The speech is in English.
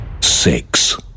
Six